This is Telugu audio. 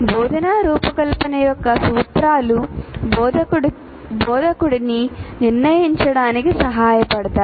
బోధనా రూపకల్పన యొక్క సూత్రాలు బోధకుడిని నిర్ణయించటానికి సహాయపడతాయి